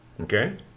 Okay